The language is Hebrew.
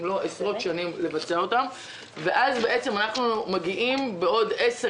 אם לא עשרות ואז אנחנו מגיעים לאחר 10,